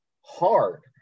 hard